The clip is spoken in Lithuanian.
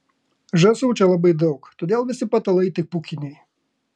žąsų čia labai daug todėl visi patalai tik pūkiniai